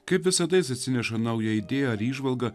kaip visada jis atsineša naują idėją įžvalgą